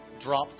Drop